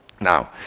Now